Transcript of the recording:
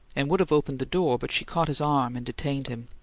and would have opened the door, but she caught his arm and detained him.